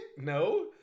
No